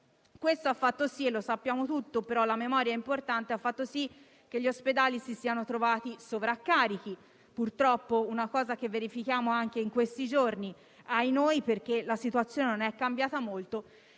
Questo ha fatto sì - lo sappiamo tutti, ma la memoria è importante - che gli ospedali si siano trovati sovraccarichi. E purtroppo questo è un fatto che verifichiamo anche in questi giorni - ahinoi - perché la situazione non è cambiata molto.